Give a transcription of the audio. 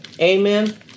Amen